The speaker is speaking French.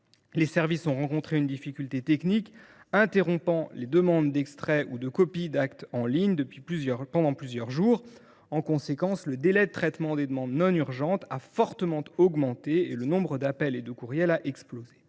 les services ont rencontré une difficulté technique interrompant les demandes d’extrait ou de copie d’actes en ligne pendant plusieurs jours. En conséquence, le délai de traitement des demandes non urgentes a fortement augmenté et le nombre d’appels et de courriels a explosé.